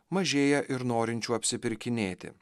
mažėja ir norinčių apsipirkinėti